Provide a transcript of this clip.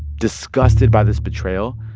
disgusted by this betrayal,